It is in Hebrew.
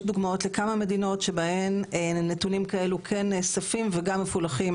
יש דוגמאות לכמה מדינות שבהן נתונים כאלה כן נמצאים וגם מפולחים